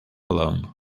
alone